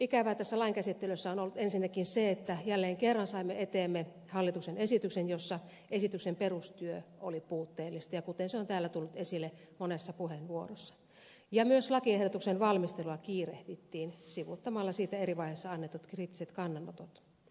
ikävää tässä lain käsittelyssä on ollut ensinnäkin se että jälleen kerran saimme eteemme hallituksen esityksen jossa esityksen perustyö oli puutteellista mikä on täällä tullut esille monessa puheenvuorossa ja myös lakiehdotuksen valmistelua kiirehdittiin sivuuttamalla siitä eri vaiheessa annetut kriittiset kannanotot